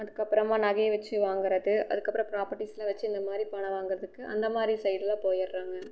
அதுக்கப்புறமா நகையை வெச்சு வாங்கிறது அதுக்கப்புறம் ப்ராப்பர்ட்டிஸெலாம் வெச்சு இந்த மாதிரி பணம் வாங்கிறதுக்கு அந்த மாதிரி சைடில் போயிடுறாங்க